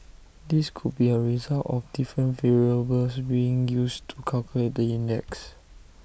this could be A result of different variables being used to calculate the index